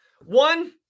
One